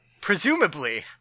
presumably